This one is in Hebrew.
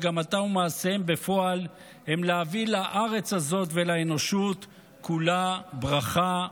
מגמתם ומעשיהם בפועל הם להביא לארץ הזאת ולאנושות כולה ברכה,